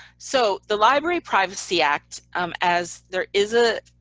so the library privacy act um as there is a